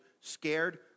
scared